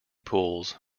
pools